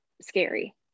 scary